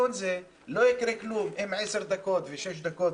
לא יקרה כלום אם עשר דקות ושש דקות,